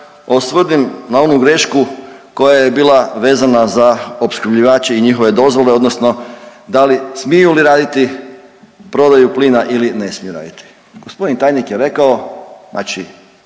osvrnem na onu grešku koja je bila vezana za opskrbljivače i njihove dozvole odnosno da li, smiju li raditi prodaju plina ili ne smiju. Gospodin tajnik je rekao znači